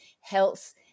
health